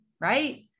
right